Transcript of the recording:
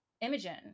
Imogen